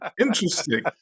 Interesting